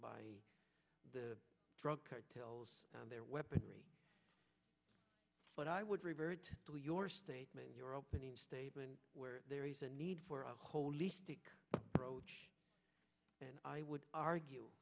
by the drug cartels and their weaponry but i would revert to your statement your opening statement where there is a need for a holistic approach and i would argue